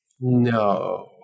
No